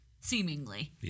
Seemingly